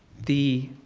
the